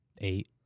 Eight